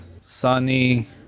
Sunny